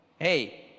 Hey